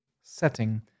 setting